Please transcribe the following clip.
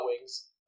wings